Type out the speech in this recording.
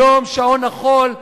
היום שעון החול,